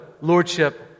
lordship